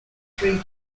three